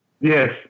Yes